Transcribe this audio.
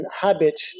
habit